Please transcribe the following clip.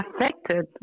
affected